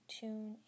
tune